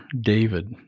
David